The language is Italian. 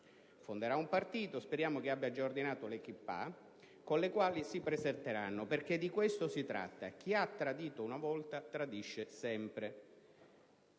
Fonderà un partito, speriamo che abbia già ordinato le *kippah* con le quali si presenteranno. Perché di questo si tratta: chi ha tradito una volta tradisce sempre.